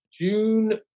June